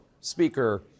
Speaker